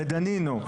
לדנינו,